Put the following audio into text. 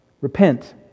repent